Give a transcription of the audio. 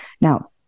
Now